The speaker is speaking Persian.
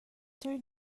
دارین